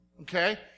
okay